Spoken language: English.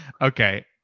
Okay